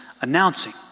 announcing